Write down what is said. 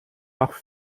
nach